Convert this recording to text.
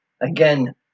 Again